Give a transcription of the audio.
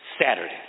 Saturday